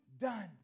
done